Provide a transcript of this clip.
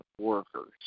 workers